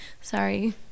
Sorry